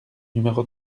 numéro